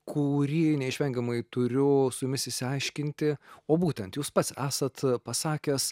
kurį neišvengiamai turiu su jumis išsiaiškinti o būtent jūs pats esat pasakęs